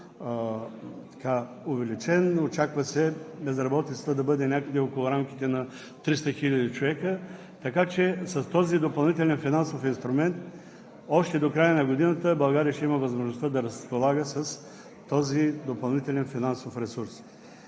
увеличен. Очаква се безработицата да бъде някъде около рамките на 300 хиляди човека, така че с този допълнителен финансов инструмент още до края на годината България ще има възможността да разполага с този допълнителен финансов ресурс.